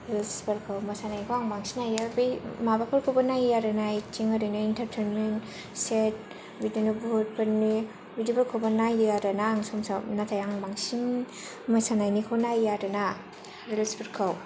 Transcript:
रिल्सफोरखौ मोसानायखौ आं बांसिन नायो बै माबाफोरखौबो नायो आरोना एक्टिं ओरैनो एन्टारटैनमेन्ट सेद बिदिनो भुटफोरनि बिदिफोरखौबो नायो आरोना आं सम सम नाथाय आं बांसिन मोसानायनिखौ नायो आरोना रिल्सफोरखौ